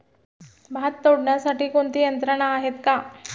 भात तोडण्यासाठी कोणती यंत्रणा आहेत का?